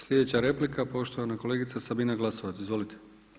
Sljedeća replika poštovana kolegica Sabina Glasovac, izvolite.